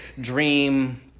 dream